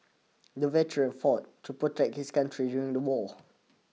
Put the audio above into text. the veteran fought to protect his country during the war